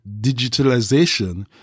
digitalization